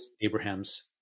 Abraham's